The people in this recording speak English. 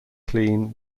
clean